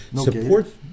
support